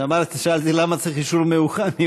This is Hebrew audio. שאלתי למה צריך אישור מיוחד,